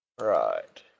Right